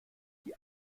die